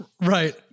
Right